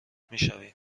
میشویم